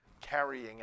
carrying